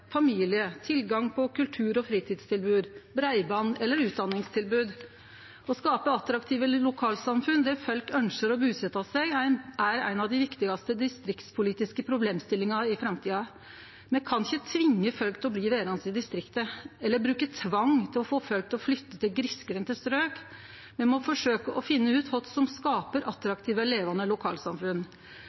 tilgang på kultur- og fritidstilbod, breiband eller utdanningstilbod? Å skape attraktive lokalsamfunn der folk ønskjer å busetje seg, er ein av dei viktigaste distriktspolitiske problemstillingane i framtida. Me kan ikkje tvinge folk til å bli verande i distrikta, eller bruke tvang for å få folk til å flytte til grisgrendte strok. Me må forsøkje å finne ut kva som skaper attraktive og levande lokalsamfunn.